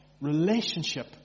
relationship